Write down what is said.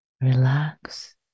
Relax